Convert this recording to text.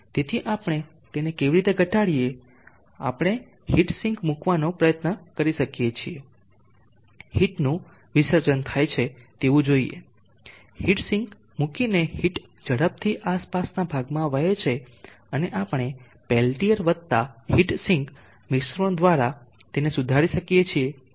તેથી આપણે તેને કેવી રીતે ઘટાડીએ આપણે હીટ સિંક મૂકવાનો પ્રયત્ન કરી શકીએ છીએ હીટનો વિસર્જન થાય છે તેવું જોઈએ હીટ સિંક મૂકીને હીટ ઝડપથી આસપાસના ભાગમાં વહે છે અને આપણે પેલ્ટીઅર વત્તા હીટ સિંક મિશ્રણ દ્વારા તેને સુધારી શકીએ છીએ